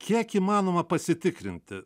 kiek įmanoma pasitikrinti